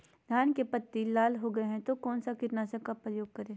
धान की पत्ती लाल हो गए तो कौन सा कीटनाशक का प्रयोग करें?